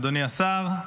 אדוני השר,